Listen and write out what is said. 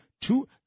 Two